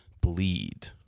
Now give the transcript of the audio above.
Bleed